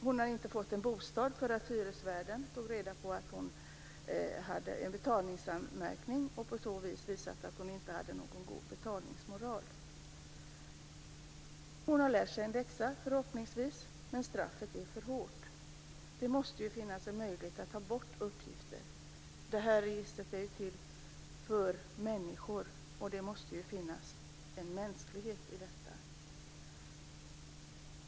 Hon har inte fått någon bostad därför att hyresvärden tog reda på att hon hade en betalningsanmärkning och på så vis visat att hon inte hade någon god betalningsmoral. Hon har lärt sig en läxa, förhoppningsvis, men straffet är för hårt. Det måste finnas en möjlighet att ta bort uppgifter. Det här registret är ju till för människor och det måste finnas en mänsklighet i detta.